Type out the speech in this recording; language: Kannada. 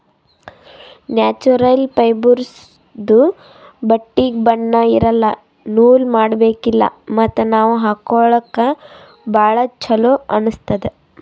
ನ್ಯಾಚುರಲ್ ಫೈಬರ್ಸ್ದು ಬಟ್ಟಿಗ್ ಬಣ್ಣಾ ಇರಲ್ಲ ನೂಲ್ ಮಾಡಬೇಕಿಲ್ಲ ಮತ್ತ್ ನಾವ್ ಹಾಕೊಳ್ಕ ಭಾಳ್ ಚೊಲೋ ಅನ್ನಸ್ತದ್